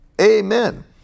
Amen